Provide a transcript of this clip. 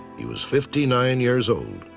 he was fifty nine years old.